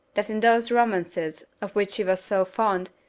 that in those romances, of which she was so fond,